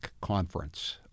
conference